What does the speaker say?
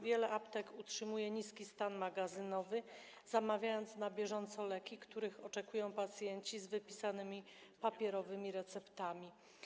Wiele aptek utrzymuje niski stan magazynowy, zamawiając na bieżąco leki, których oczekują pacjenci z wypisanymi papierowymi receptami.